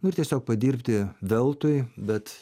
nu ir tiesiog padirbti veltui bet